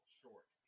short